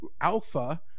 alpha